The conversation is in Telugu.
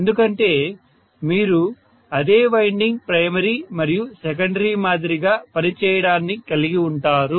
ఎందుకంటే మీరు అదే వైండింగ్ ప్రైమరీ మరియు సెకండరీ మాదిరిగా పని చేయడాన్ని కలిగి ఉంటారు